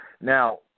Now